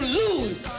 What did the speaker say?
lose